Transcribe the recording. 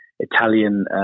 Italian